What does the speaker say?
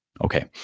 Okay